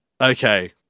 Okay